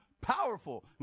powerful